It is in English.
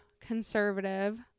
conservative